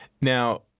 Now